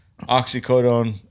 oxycodone